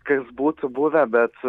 kas būtų buvę bet